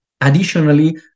Additionally